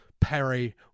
Perry